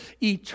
eternal